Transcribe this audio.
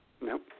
Nope